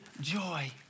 joy